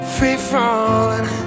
Free-falling